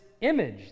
image